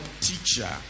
teacher